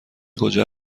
کجا